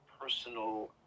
personal